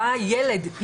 בא ילד,